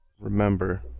remember